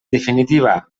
definitiva